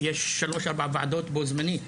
כי יש שלוש, ארבע ועדות בו זמנית.